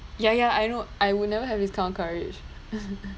ya ya I know I would never have this kind of courage